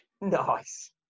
Nice